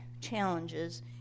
challenges